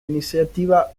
iniciativa